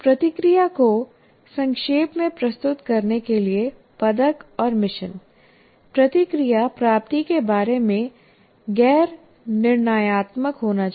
प्रतिक्रिया को संक्षेप में प्रस्तुत करने के लिए पदक और मिशन प्रतिक्रिया प्राप्ति के बारे में गैर निर्णयात्मक होना चाहिए